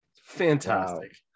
Fantastic